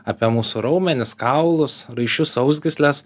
apie mūsų raumenis kaulus raiščius sausgysles